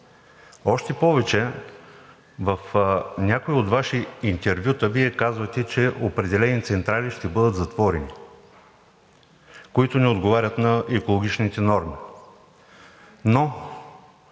Още повече, в някои Ваши интервюта Вие казвате, че определени централи ще бъдат затворени, които не отговарят на екологичните норми.